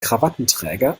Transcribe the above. krawattenträger